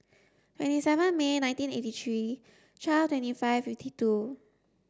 twenty seven May nineteen eighty three twelve twenty five fifty two